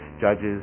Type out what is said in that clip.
judges